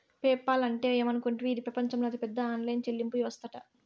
PayPal అంటే ఏమనుకుంటివి, ఇది పెపంచంలోనే అతిపెద్ద ఆన్లైన్ చెల్లింపు యవస్తట